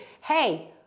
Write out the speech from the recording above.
hey